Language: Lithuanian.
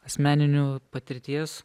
asmeninių patirties